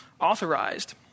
authorized